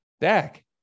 dak